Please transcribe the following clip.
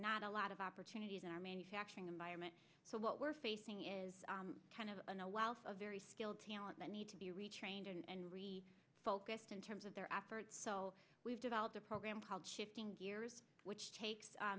not a lot of opportunities in our manufacturing environment so what we're facing is kind of an a wealth of very skilled talent that need to be retrained and really focused in terms of their efforts so we've developed a program called shifting gears which takes